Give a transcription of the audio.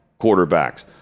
quarterbacks